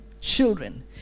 children